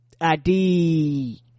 id